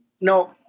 No